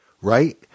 right